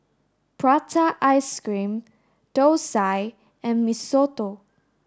Prata ice cream Thosai and Mee Soto